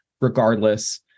regardless